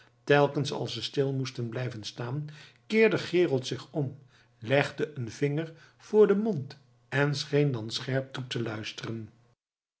telkens als ze stil moesten blijven staan keerde gerold zich om legde een vinger voor den mond en scheen dan scherp toe te luisteren